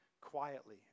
quietly